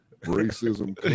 Racism